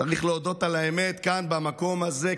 צריך להודות על האמת כאן, במקום הזה.